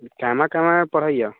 कएमे कएमे पढ़ैए